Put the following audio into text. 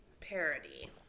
parody